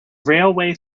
railway